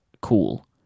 cool